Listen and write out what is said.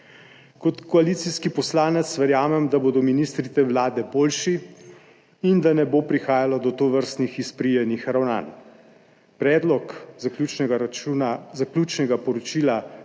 Kot koalicijski poslanec verjamem, da bodo ministri te vlade boljši in da ne bo prihajalo do tovrstnih izprijenih ravnanj. Predlog zaključnega poročila